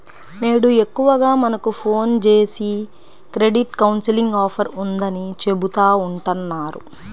నేడు ఎక్కువగా మనకు ఫోన్ జేసి క్రెడిట్ కౌన్సిలింగ్ ఆఫర్ ఉందని చెబుతా ఉంటన్నారు